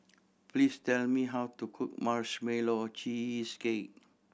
please tell me how to cook Marshmallow Cheesecake